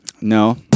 No